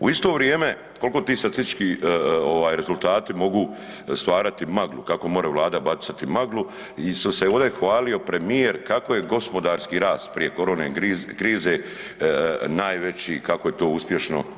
U isto vrijeme koliko ti statistički ovaj rezultati mogu ovaj stvarati maglu kako more Vlada bacati maglu i što se ovdje hvalio premijer kako je gospodarski rast prije korone krize najveći kako je to uspješno.